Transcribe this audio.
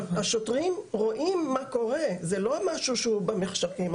השוטרים רואים מה קורה, זה לא משהו שהוא במחשכים.